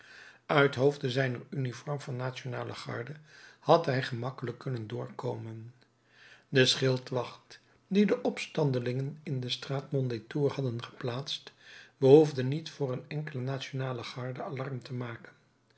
uithoofde zijner uniform van nationale garde had hij gemakkelijk kunnen doorkomen de schildwacht dien de opstandelingen in de straat mondétour hadden geplaatst behoefde niet voor een enkelen nationale garde alarm te maken